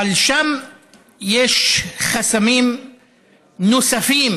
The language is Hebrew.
אבל יש חסמים נוספים